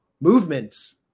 movements